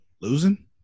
Losing